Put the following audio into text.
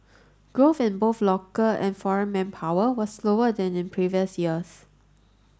growth in both local and foreign manpower was slower than in previous years